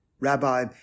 Rabbi